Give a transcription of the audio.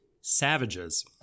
savages